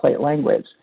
language